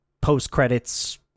post-credits